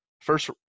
first